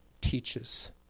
teaches